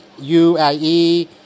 UAE